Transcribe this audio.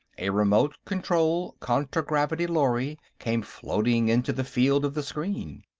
a remote-control contragravity lorry, came floating into the field of the screen.